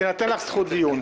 תינתן לך זכות דיון.